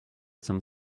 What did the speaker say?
some